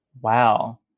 wow